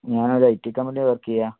ഞാനൊരു I T കമ്പനിയിൽ work ചെയ്യുകയാണ്